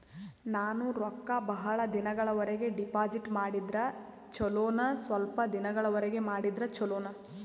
ನಾನು ರೊಕ್ಕ ಬಹಳ ದಿನಗಳವರೆಗೆ ಡಿಪಾಜಿಟ್ ಮಾಡಿದ್ರ ಚೊಲೋನ ಸ್ವಲ್ಪ ದಿನಗಳವರೆಗೆ ಮಾಡಿದ್ರಾ ಚೊಲೋನ?